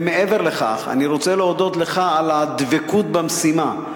ומעבר לכך, אני רוצה להודות לך על הדבקות במשימה.